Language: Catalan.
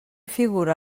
figura